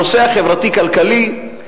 הנושא החברתי-כלכלי,